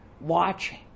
watching